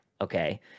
okay